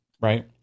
Right